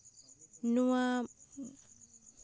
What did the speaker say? ᱱᱚᱣᱟ